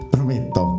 Prometto